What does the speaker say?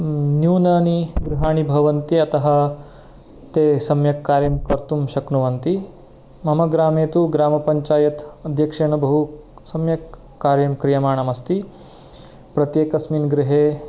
न्यूनानि गृहाणि भवन्ति अतः ते सम्यक् कार्यं कर्तुं शक्नुवन्ति मम ग्रामे तु ग्रामपञ्चायत् अध्यक्षेण बहु सम्यक् कार्यं क्रियमाणम् अस्ति प्रत्येकस्मिन् गृहे